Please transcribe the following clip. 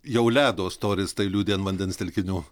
jau ledo storis tai liudija ant vandens telkinių